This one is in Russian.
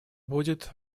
будет